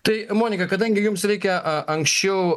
tai monika kadangi jums reikia a anksčiau